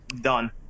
done